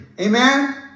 Amen